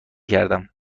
کردم